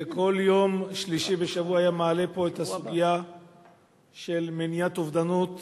שבכל יום שלישי בשבוע היה מעלה פה את הסוגיה של מניעת אובדנות